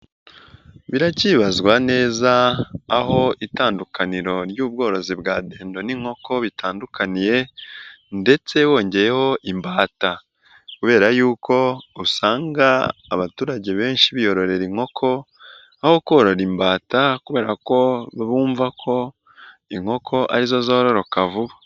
Birakibazwa neza aho itandukaniro ry'ubworozi bwa ndendo n'inkoko bitandukaniye, ndetse wongeyeho imbata kubera yuko usanga abaturage benshi biyororera inkoko, aho korora imbata kubera ko bumva ko inkoko ari zo zororoka vuba.